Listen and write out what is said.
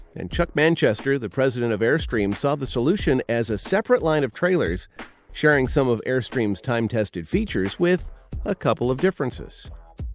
and chuck manchester, the president of airstream, saw the solution as a separate line of trailers sharing some of airstream's time-tested features with a couple of differences.